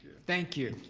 thank you,